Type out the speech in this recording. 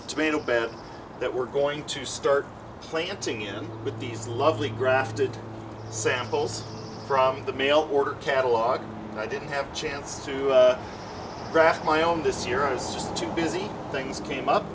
the tomato bed that we're going to start planting in with these lovely grafted samples from the mail order catalog and i didn't have a chance to craft my own this year i was just too busy things came up